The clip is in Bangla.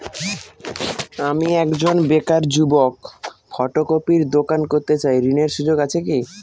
আমি একজন বেকার যুবক ফটোকপির দোকান করতে চাই ঋণের সুযোগ আছে কি?